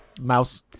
mouse